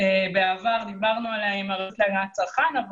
בעבר דיברנו עליה על הרשות להגנת הצרכן אבל